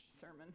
sermon